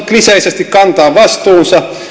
kliseisesti sanottuna kantaa vastuunsa